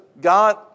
God